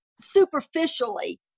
superficially